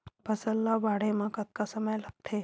फसल ला बाढ़े मा कतना समय लगथे?